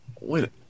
Wait